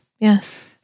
Yes